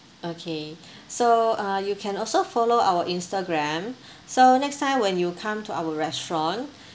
okay so uh you can also follow our instagram so next time when you come to our restaurant